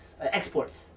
Exports